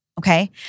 Okay